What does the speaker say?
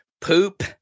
Poop